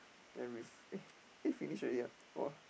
then ris~ eh eh finish already ah !wah!